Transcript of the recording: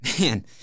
Man